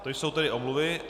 To jsou tedy omluvy.